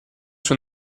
from